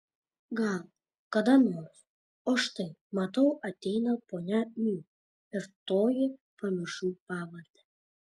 gal kada nors o štai matau ateina ponia miu ir toji pamiršau pavardę